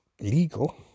legal